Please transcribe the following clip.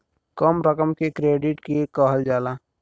कम रकम के क्रेडिट के कहल जाला